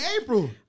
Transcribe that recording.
April